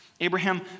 Abraham